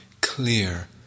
clear